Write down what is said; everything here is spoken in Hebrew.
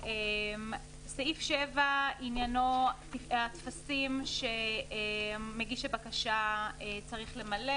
סעיף 7 עניינו הטפסים שמגיש הבקשה צריך למלא